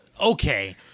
okay